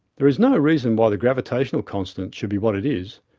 there is no reason why the gravitational constant should be what it is,